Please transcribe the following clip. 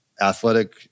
Athletic